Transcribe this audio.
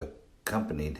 accompanied